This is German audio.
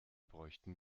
bräuchten